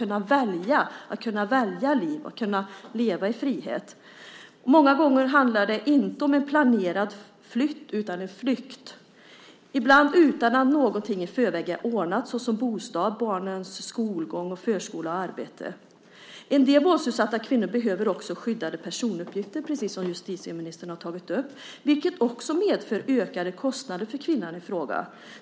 De gör att man inte kan välja liv och välja att leva i frihet. Många gånger handlar det inte om en planerad flytt utan om en flykt, ibland utan att någonting i förväg är ordnat såsom bostad, barnens skolgång, förskola och arbete. En del våldsutsatta kvinnor behöver också skyddade personuppgifter, precis som justitieministern har tagit upp. Detta medför också ökade kostnader för kvinnan i fråga.